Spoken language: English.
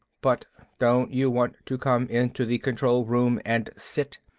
but don't you want to come into the control room and sit?